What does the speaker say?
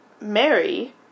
Mary